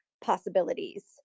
possibilities